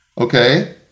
Okay